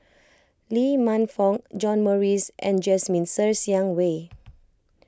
Lee Man Fong John Morrice and Jasmine Sers Xiang Wei